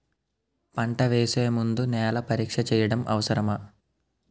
పంట వేసే ముందు నేల పరీక్ష చేయటం అవసరమా?